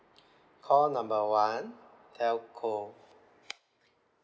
call number one telco